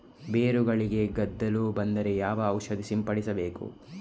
ಬೇರುಗಳಿಗೆ ಗೆದ್ದಲು ಬಂದರೆ ಯಾವ ಔಷಧ ಸಿಂಪಡಿಸಬೇಕು?